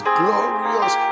glorious